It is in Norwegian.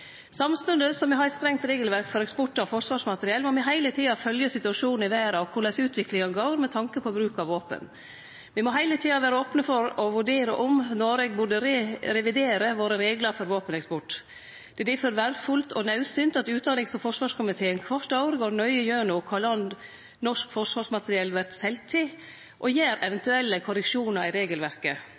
Samstundes som me har eit strengt regelverk for eksport av forsvarsmateriell, må me heile tida følgje situasjonen i verda og korleis utviklinga går med tanke på bruk av våpen. Me må heile tida vere opne for og vurdere om Noreg burde revidere våre reglar for våpeneksport. Det er difor verdfullt og naudsynt at utanriks- og forsvarskomiteen kvart år går nøye gjennom kva land norsk forsvarsmateriell vert selt til, og gjer eventuelle korreksjonar i regelverket.